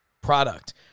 product